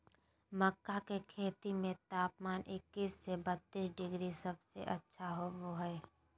मक्का के खेती में तापमान इक्कीस से बत्तीस डिग्री सबसे अच्छा होबो हइ